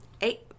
Eight